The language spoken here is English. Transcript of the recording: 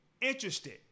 interested